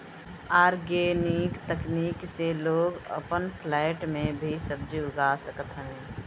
organic तकनीक से लोग अपन फ्लैट में भी सब्जी उगा सकत हवे